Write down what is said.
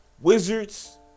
Wizards